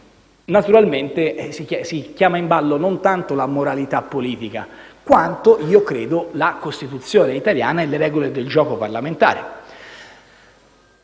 naturalmente in ballo non tanto la moralità politica, quanto, io credo, la Costituzione italiana e le regole del gioco parlamentare.